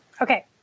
Okay